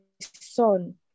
Son